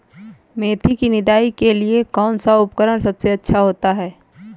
मेथी की निदाई के लिए कौन सा उपकरण सबसे अच्छा होता है?